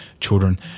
children